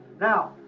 Now